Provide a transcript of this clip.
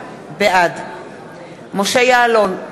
בעד משה יעלון,